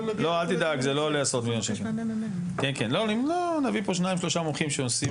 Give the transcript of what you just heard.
נביא לפה שניים-שלושה מומחים שעושים